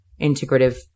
integrative